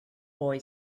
boy